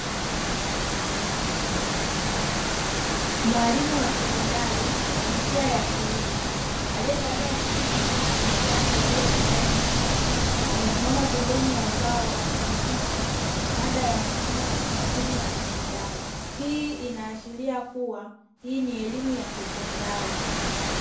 Mwalimu wa sekondari wa jinsia ya kiume, aliyevaa suti nyeusi, shati jeupe na tai nyekundu amesimama pembeni ya ubao akifundisha mada ya mfumo wa mmeng'enyo wa binadamu. Hii inaashiria kuwa hii ni elimu ya sekondari.